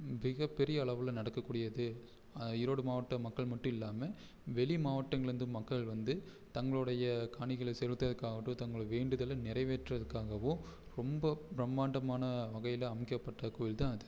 மிகப்பெரிய அளவில் நடக்கக்கூடியது ஈரோடு மாவட்ட மக்கள் மட்டும் இல்லாமல் வெளி மாவட்டங்கள்லந்து மக்கள் வந்து தங்களோடைய காணிக்களை செலுத்துவதற்காகட்டும் தங்கள் வேண்டுதலை நிறைவேற்றுவதற்காகவும் ரொம்ப பிரமாண்டமான வகையில் அமைக்கப்பட்ட கோயில் தான் அது